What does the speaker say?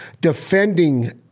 defending